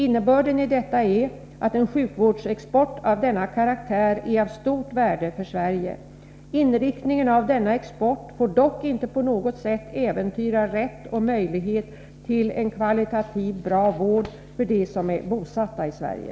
Innebörden i detta är att en sjukvårdsexport av denna karaktär är av stort värde för Sverige. Inriktningen av denna export får dock inte på något sätt äventyra rätten och möjligheten till en kvalitativt bra vård för dem som är bosatta i Sverige.